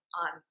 on